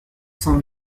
sont